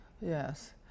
Yes